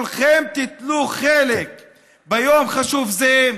שכולכם תיטלו חלק ביום חשוב זה.